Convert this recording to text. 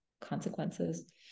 consequences